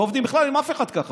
לא עובדים בכלל עם אף אחד ככה.